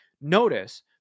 Notice